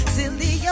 Silly